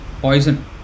poison